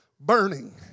burning